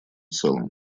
целом